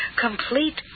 complete